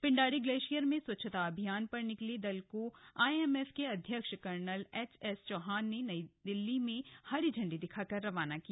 Pindari glacier में स्वच्छता अभियान पर निकले दल को आईएमएफ के अध्यक्ष कर्नल एचएस चौहान ने दिल्ली में हरी झंडी दिखाकर रवाना किया